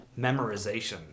memorization